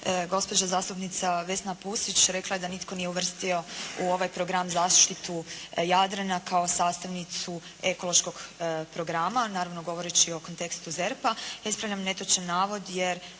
Gospođa zastupnica Vesna Pusić rekla je da nitko nije uvrstio u ovaj program zaštitu Jadrana kao sastavnicu ekološkog programa, naravno govoreći o kontekstu ZERP-a. Ispravljam netočan navod